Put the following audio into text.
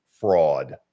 fraud